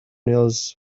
nails